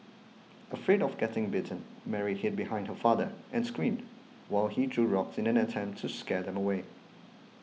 afraid of getting bitten Mary hid behind her father and screamed while he threw rocks in an attempt to scare them away